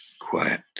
quiet